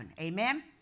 Amen